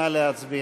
נא להצביע.